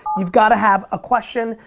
you've got to have a question.